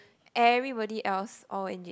everybody else all in J